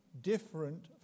different